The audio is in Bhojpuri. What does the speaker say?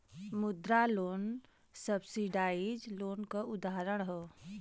मुद्रा लोन सब्सिडाइज लोन क उदाहरण हौ